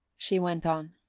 she went on,